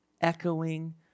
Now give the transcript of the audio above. echoing